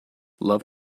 love